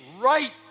right